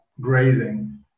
grazing